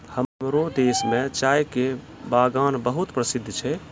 हमरो देश मॅ चाय के बागान बहुत प्रसिद्ध छै